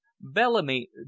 Bellamy